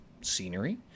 scenery